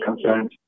concerns